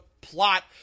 plot